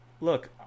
Look